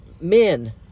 men